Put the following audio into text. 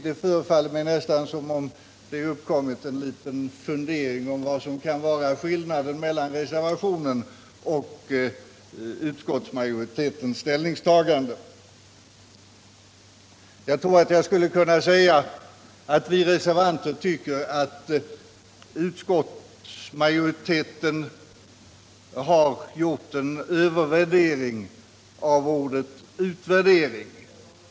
Det förefaller mig som om det uppstått en liten fundering om vad som kan vara skillnaden mellan reservationen och utskottsmajoritetens ställningstagande. Jag tror att jag kan säga att vi reservanter tycker att utskottsmajoriteten har gjort en övervärdering av ordet utvärdering.